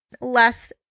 less